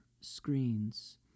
screens